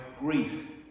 grief